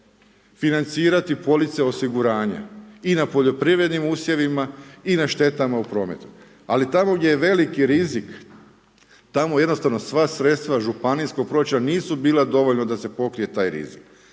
financirati police osiguranja i na poljoprivrednim usjevima i na štetama u prometu. Ali tamo, gdje je veliki rizik, tamo jednostavno sva sredstva županijskog proračuna nisu bila dovoljna da se pokrije taj rizik.